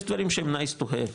יש דברים שהם 'נייס טו הב',